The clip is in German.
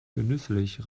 genüsslich